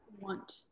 want